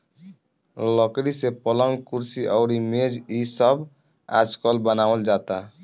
लकड़ी से पलंग, कुर्सी अउरी मेज़ इ सब आजकल बनावल जाता